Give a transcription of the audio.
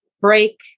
break